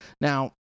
now